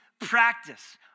practice